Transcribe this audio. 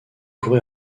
courir